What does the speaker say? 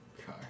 Okay